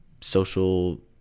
social